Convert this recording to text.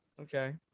okay